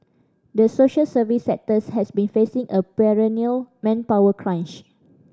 the social service sectors has been facing a perennial manpower crunch